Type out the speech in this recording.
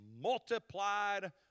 multiplied